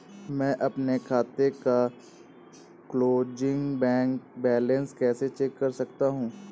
मैं अपने खाते का क्लोजिंग बैंक बैलेंस कैसे चेक कर सकता हूँ?